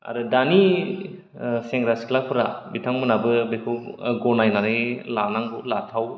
आरो दानि ओ सेंग्रा सिख्लाफोरा बिथांमोनाबो बेखौ गनायनानै लानांगौ लाथाव